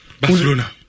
Barcelona